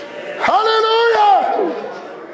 Hallelujah